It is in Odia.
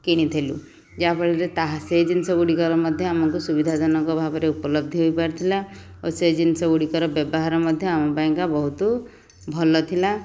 କିଣିଥିଲୁ ଯାହାଫଳରେ ତାହା ସେଇ ଜିନିଷ ଗୁଡ଼ିକର ମଧ୍ୟ ଆମକୁ ସୁବିଧାଜନକ ଭାବରେ ଉପଲବ୍ଧି ହୋଇପାରିଥିଲା ଓ ସେଇ ଜିନିଷ ଗୁଡ଼ିକର ବ୍ୟବହାର ମଧ୍ୟ ଆମ ପାଇଁକା ବହୁତ ଭଲ ଥିଲା